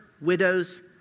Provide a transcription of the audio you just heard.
widows